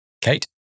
Kate